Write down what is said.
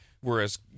Whereas